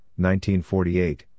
1948